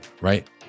right